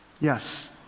Yes